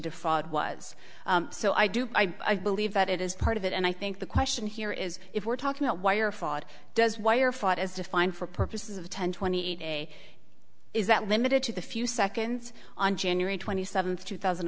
defraud was so i do believe that it is part of it and i think the question here is if we're talking about wire fraud does wire fraud as defined for purposes of ten twenty eight a is that limited to the few seconds on january twenty seventh two thousand